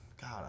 god